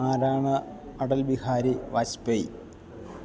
ആരാണ് അടൽ ബിഹാരി വാജ്പേയി